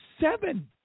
seven